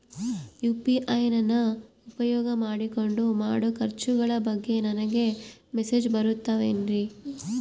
UPI ನ ಉಪಯೋಗ ಮಾಡಿಕೊಂಡು ಮಾಡೋ ಖರ್ಚುಗಳ ಬಗ್ಗೆ ನನಗೆ ಮೆಸೇಜ್ ಬರುತ್ತಾವೇನ್ರಿ?